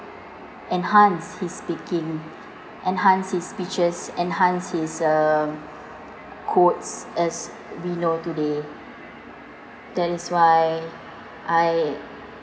enhance his speaking enhance his speeches enhance his uh quotes as we know today that is why I